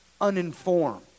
uninformed